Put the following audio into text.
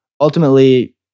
ultimately